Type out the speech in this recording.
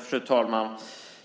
Fru talman!